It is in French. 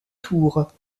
tours